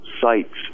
sites